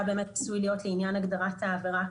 באמת עשוי להיות לעניין הגדרת העבירה הפלילית.